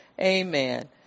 Amen